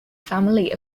family